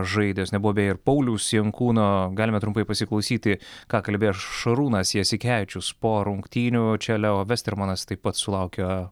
žaidęs nebuvo beje ir pauliaus jankūno galime trumpai pasiklausyti ką kalbėjo šarūnas jasikevičius po rungtynių čia leo vestermanas taip pat sulaukė